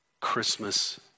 Christmas